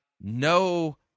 no